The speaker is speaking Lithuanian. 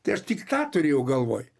tai aš tik ką turėjau galvoj